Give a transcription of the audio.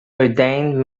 ordained